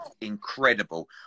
incredible